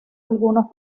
algunos